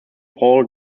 paul